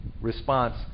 Response